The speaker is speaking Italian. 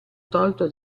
tolto